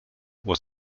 was